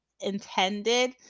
intended